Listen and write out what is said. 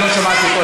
אני לא שמעתי אותו.